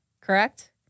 correct